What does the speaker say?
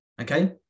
Okay